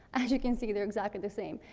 as you can see, they are exactly the same.